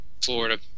Florida